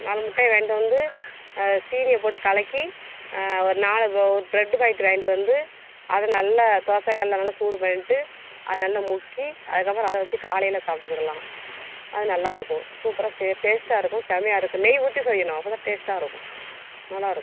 நாலு முட்டையை வாங்கிட்டு வந்து சீனியைப் போட்டு கலக்கி ஒரு நாலு ஒரு ப்ரெட்டு பாக்கெட்டு வாங்கிட்டு வந்து அதை நல்லா தோசக்கல்லில் நல்ல சூடு பண்ணிகிட்டு அதை நல்லா முக்கி அதுக்கு அப்புறம் அதை வச்சு காலையில் சாப்பிட்டுக்கிடுலாம் அது நல்லா இருக்கும் சூப்பராக சே டேஸ்ட்டாக இருக்கும் செமையா இருக்கும் நெய் ஊற்றி செய்யணும் அப்போ தான் டேஸ்ட்டாக இருக்கும் நல்லா இருக்கும்